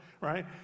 right